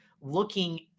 looking